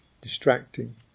distracting